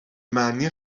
معنی